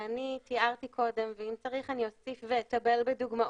ואני תיארתי קודם ואם צריך אני אוסיף ואתבל בדוגמאות,